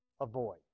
avoid